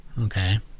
Okay